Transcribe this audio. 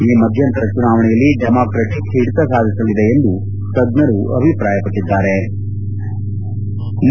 ಈ ಮಧ್ಯಂತರ ಚುನಾವಣೆಯಲ್ಲಿ ಡೆಮಾಕ್ರಟ್ ಹಿಡಿತ ಸಾಧಿಸಲಿದೆ ಎಂದು ತಜ್ಜರು ಅಭಿಪ್ರಾಯಪಟ್ಟದ್ದಾರೆ